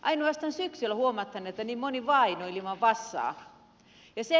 ainoastaan syksyllä huomataan että niin moni vaadin on ilman vasaa